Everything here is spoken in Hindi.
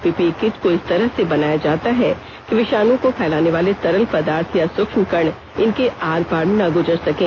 पीपीई किट को इस तरह से बनाया जाता है कि विषाणुओं को फैलाने वाले तरल पदार्थ या सूक्ष्म कण इनके आर पार न गुजर सकें